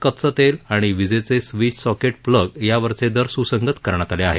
कच्चे तेल आणि वीजेचे स्वीच सॉकेट प्लग यांवरचे दर सुसंगत करण्यात आले आहेत